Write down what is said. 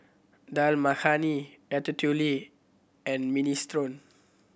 Dal Makhani Ratatouille and Minestrone